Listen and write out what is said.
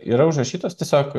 yra užrašytas tiesiog